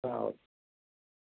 okay